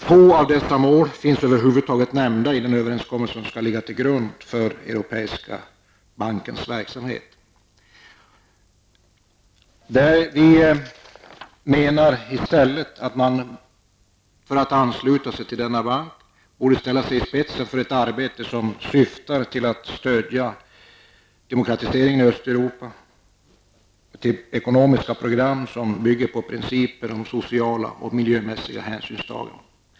Få av dessa mål finns över huvud taget nämnda i den överenskommelse som skall ligga till grund för Vi menar att Sverige i stället för att ansluta sig till denna bank borde ställa sig i spetsen för ett arbete som syftar till att stödja demokratiseringen i Östeuropa, med ekonomiska program som bygger på principer om sociala och miljömässiga hänsynstaganden.